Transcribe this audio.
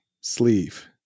sleeve